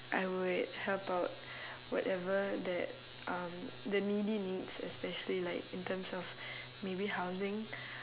I would help out whatever that um the needy needs especially like in terms of maybe housing